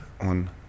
on